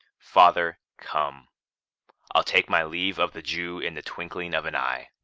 father, come i'll take my leave of the jew in the twinkling of an eye.